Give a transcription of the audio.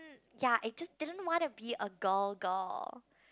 ya I just didn't want to be a girl girl